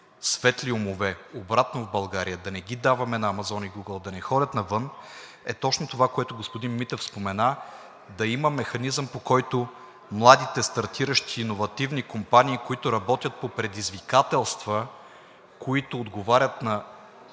светли умове обратно в България, да не ги даваме на Amazon и Google, да не ходят навън, е точно това, за което господин Митев спомена – да има механизъм, по който младите стартиращи иновативни компании, които работят по предизвикателства, които отговорят на